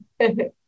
okay